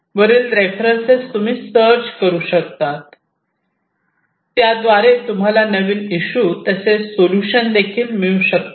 वरील रेफरन्सेस तुम्ही सर्च करू शकतात त्याद्वारे तुम्हाला नवीन इशू तसेच सोलुशन देखील मिळू शकतात